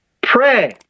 Pray